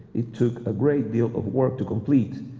it took a great deal of work to complete.